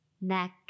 neck